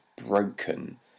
broken